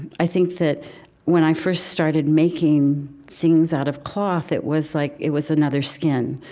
i think that when i first started making things out of cloth, it was like it was another skin.